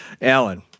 Alan